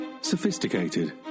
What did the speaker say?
sophisticated